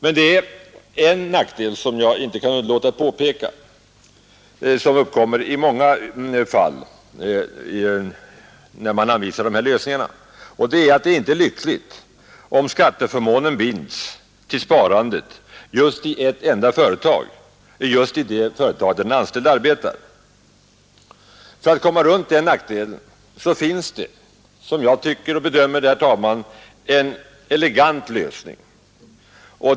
Men det finns en nackdel som jag inte kan underlåta att påpeka, som uppkommer i många fall, när man anvisar de här lösningarna, och det är om skatteförmånen binds till sparandet just i ett enda företag, just i det företag där den anställde arbetar. För att komma runt den nackdelen finns det — som jag bedömer det, herr talman — en elegant lösning.